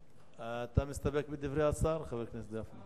אתה מסתפק בדברי השר, חבר הכנסת גפני?